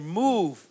move